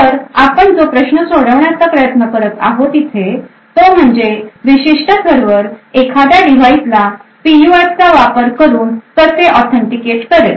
तर आपण जो प्रश्न सोडवण्याचा प्रयत्न करत आहोत इथे तो म्हणजे विशिष्ट सर्व्हर एखाद्या डिव्हाइस ला पीयूएफ चा वापर करून कसे ऑथेंटिकेट करेल